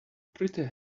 pretty